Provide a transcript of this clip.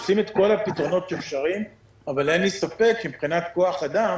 עושים את כל הפתרונות האפשריים אבל אין לי ספק שמבחינת כוח אדם